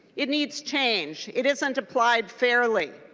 it needs change. it isn't a slide fairly.